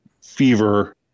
fever